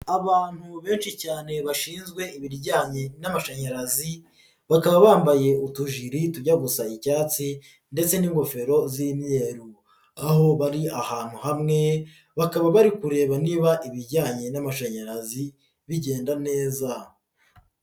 Abantu benshi cyane bashinzwe ibijyanye n'amashanyarazi bakaba bambaye utujiri tujya gusa icyatsi ndetse n'ingofero z'imyeru, aho bari ahantu hamwe bakaba bari kureba niba ibijyanye n'amashanyarazi bigenda neza.